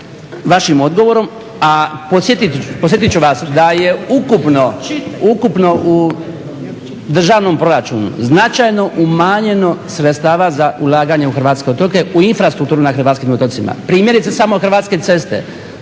vašim odgovorom. A podsjetit ću vas da je ukupno u državnom proračunu značajno umanjeno sredstava za ulaganje u hrvatske otoke, u infrastrukturu na hrvatskim otocima. Primjerice samo Hrvatske ceste.